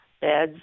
beds